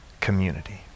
community